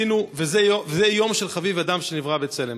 זה יום של "חביב אדם שנברא בצלם".